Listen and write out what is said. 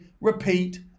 repeat